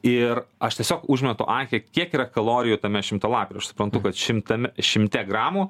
ir aš tiesiog užmetu akį kiek yra kalorijų tame šimtalapy ir aš suprantu kad šimtame šimte gramų